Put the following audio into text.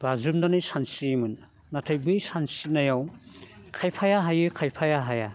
बाज्रुमनानै सानस्रियोमोन नाथाय बै सानस्रिनायाव खायफाया हायो खायफाया हाया